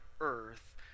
earth